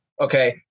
Okay